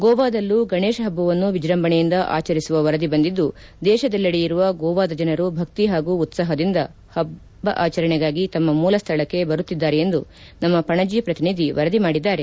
ಗೋವಾದಲ್ಲೂ ಗಣೇಶ ಹಬ್ಬವನ್ನು ವಿಜ್ರಂಭಣೆಯಿಂದ ಆಚರಿಸುವ ವರದಿ ಬಂದಿದ್ದು ದೇಶದೆಲ್ಲೆಡೆಯಿರುವ ಗೋವಾದ ಜನರು ಭಕ್ತಿ ಹಾಗೂ ಉತ್ಪಾಹದಿಂದ ಹಬ್ಬ ಆಚರಣೆಗಾಗಿ ತಮ್ಮ ಮೂಲಸ್ಥಳಕ್ಕೆ ಬರುತ್ತಿದ್ದಾರೆ ಎಂದು ನಮ್ಮ ಪಣಜಿ ಪ್ರತಿನಿಧಿ ವರದಿ ಮಾಡಿದ್ದಾರೆ